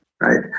right